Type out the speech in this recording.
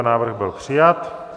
Návrh byl přijat.